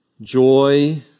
joy